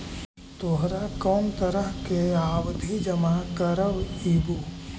तोहरा कौन तरह के आवधि जमा करवइबू